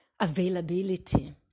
availability